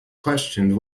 questioned